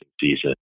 season